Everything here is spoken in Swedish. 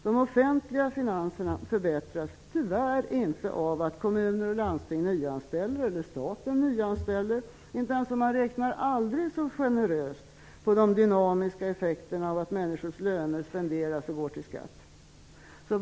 De offentliga finanserna förbättras tyvärr inte av att kommuner och landsting nyanställer, eller av att staten nyanställer, även om man räknar aldrig så generöst på de dynamiska effekterna, dvs. att människors löner spenderas och till viss del går till skatt.